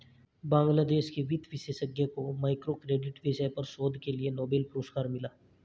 बांग्लादेश के वित्त विशेषज्ञ को माइक्रो क्रेडिट विषय पर शोध के लिए नोबेल पुरस्कार मिला